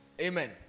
Amen